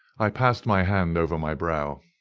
i passed my hand over my brow.